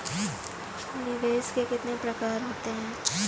निवेश के कितने प्रकार होते हैं?